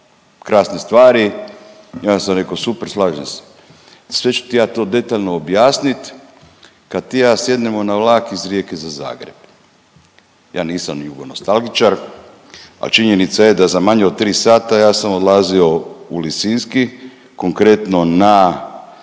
krasne stvari. I onda sam rekao super, slažem se. Sve ću ti ja to detaljno objasniti kad ti i ja sjednemo na vlak iz Rijeke za Zagreb. Ja nisam jugonostalgičar, ali činjenica je da za manje od 3 sata ja sam odlazio u Lisinski konkretno na